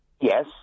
Yes